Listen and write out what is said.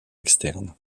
externe